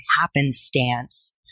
happenstance